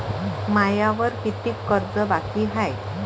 मायावर कितीक कर्ज बाकी हाय?